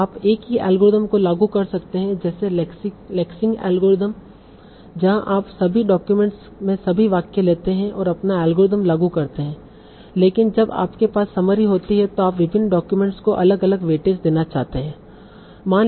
तो आप एक ही अल्गोरिथम को लागू कर सकते हैं जैसे लेक्सिंग अल्गोरिथम जहां आप सभी डाक्यूमेंट्स में सभी वाक्य लेते हैं और अपना एल्गोरिथ्म लागू करते हैं लेकिन जब आपके पास समरी होती है तो आप विभिन्न डाक्यूमेंट्स को अलग अलग वेटेज देना चाहते हैं